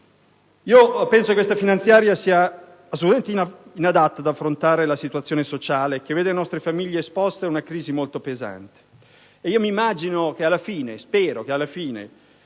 A. Penso che la finanziaria sia assolutamente inadatta ad affrontare la situazione sociale, che vede le nostre famiglie esposte a una crisi molto pesante. Spero che alla fine i soldi di